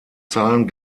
zahlen